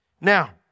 Now